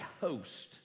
host